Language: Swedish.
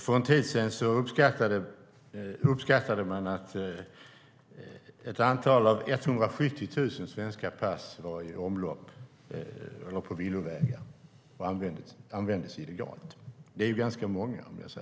För en tid sedan uppskattade man att ett antal av 170 000 svenska pass var i omlopp, på villovägar, och användes illegalt. Det är ganska många.